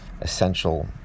essential